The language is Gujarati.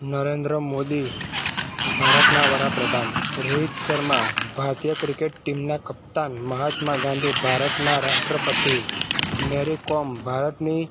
નરેન્દ્ર મોદી ભારતના વડાપ્રધાન રોહિત સર્મા ભારતીય ક્રિકેટ ટીમના કપ્તાન મહાત્મા ગાંધી ભારતના રાષ્ટ્રપતિ મેરિકોમ ભારતની